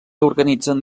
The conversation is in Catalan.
organitzen